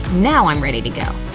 now i'm ready to go.